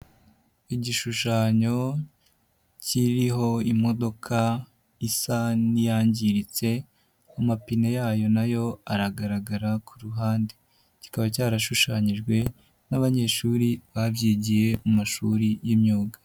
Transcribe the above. Igishushanyo kiriho imodoka isa n'iyangiritse, amapine yayo na yo aragaragara ku ruhande. Kikaba cyarashushanyijwe n'abanyeshuri babyigiye mu mashuri y'imyuga.